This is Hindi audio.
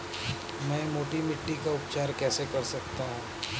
मैं मोटी मिट्टी का उपचार कैसे कर सकता हूँ?